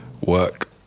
work